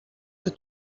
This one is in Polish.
się